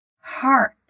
heart